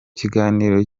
kiganiro